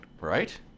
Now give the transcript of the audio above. right